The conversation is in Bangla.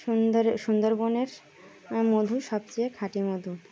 সুন্দর সুন্দরবনের মধু সবচেয়ে খাটি মধু